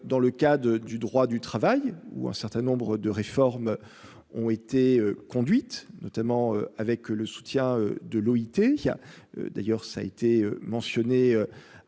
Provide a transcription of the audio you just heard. dans le cas de du droit du travail ou un certain nombre de réformes ont été conduites, notamment avec le soutien de l'OIT a d'ailleurs, ça a été mentionné